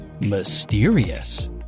Mysterious